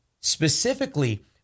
specifically